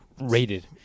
rated